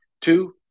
two